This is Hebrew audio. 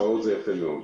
שעות זה יפה מאוד.